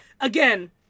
Again